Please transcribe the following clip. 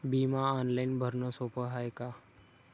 बिमा ऑनलाईन भरनं सोप हाय का?